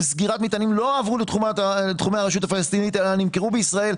סגירת מטענים לא הועברו לתחומי הרשות הפלסטינית אלא נמכרו בישראל.